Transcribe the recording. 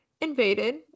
invaded